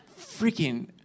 freaking